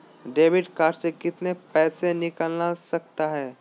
Debit card से कितने पैसे मिलना सकता हैं?